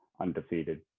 undefeated